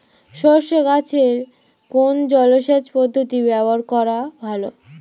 সরষে গাছে কোন জলসেচ পদ্ধতি ব্যবহার করা ভালো?